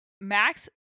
max